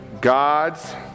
God's